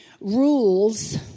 rules